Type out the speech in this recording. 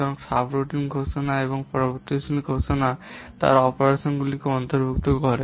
সুতরাং সাবরুটিন ঘোষণা এবং পরিবর্তনশীল ঘোষণা তারা অপারেশনগুলিকে অন্তর্ভুক্ত করে